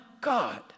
God